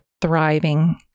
thriving